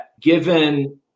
given